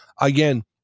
Again